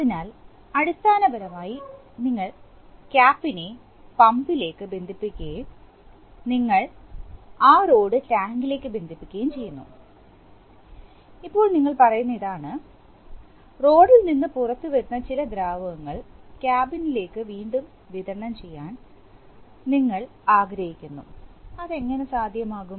അതിനാൽ അടിസ്ഥാനപരമായി നിങ്ങൾ ക്യാപ്പിനെ പമ്പിലേക്ക് ബന്ധിപ്പിക്കുകയും നിങ്ങൾ ആ റോഡ് ടാങ്കിലേക്ക് ബന്ധിപ്പിക്കുകയും ചെയ്യുന്നു ഇപ്പോൾ ഞങ്ങൾ പറയുന്നത് ഇതാണ് റോഡിൽ നിന്ന് പുറത്തുവരുന്ന ചില ദ്രാവകങ്ങൾ ക്യാബിനിലേക്ക് വീണ്ടും വിതരണം ചെയ്യാൻ നിങ്ങൾ അവൾ ആഗ്രഹിക്കുന്നു അത് എങ്ങനെ സാധ്യമാകും